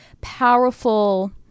powerful